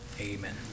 amen